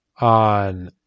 on